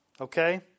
Okay